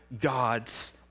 God's